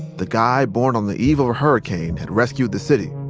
the guy born on the eve of a hurricane had rescued the city.